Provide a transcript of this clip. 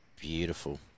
Beautiful